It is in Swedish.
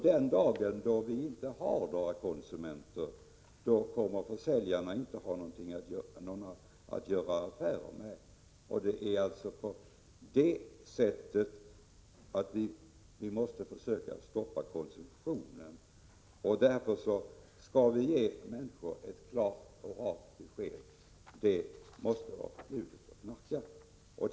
Den dag då det inte finns några konsumenter kommer försäljarna inte att ha någon att göra affärer med. Vi måste alltså försöka stoppa konsumtionen. Därför är det naturligt att vi ger människor ett klart och rakt besked: Det är förbjudet att knarka!